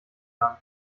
landen